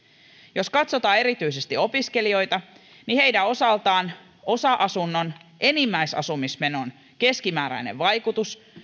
jos katsotaan erityisesti opiskelijoita niin heidän osaltaan osa asunnon enimmäisasumismenon keskimääräinen vaikutus